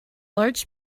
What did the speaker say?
large